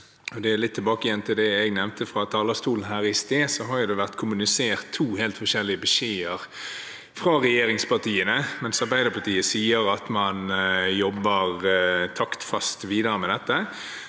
med. Litt tilbake til det jeg nevnte fra talerstolen i sted: Det har vært kommunisert to helt forskjellige beskjeder fra regjeringspartiene. Mens Arbeiderpartiet sier at man jobber taktfast videre med dette,